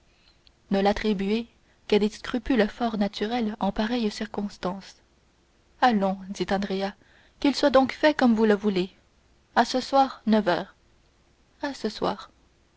ne l'attribuez qu'à des scrupules fort naturels en pareille circonstance allons dit andrea qu'il soit donc fait comme vous le voulez à ce soir neuf heures à ce soir